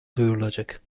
duyurulacak